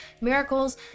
miracles